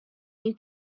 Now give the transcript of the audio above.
you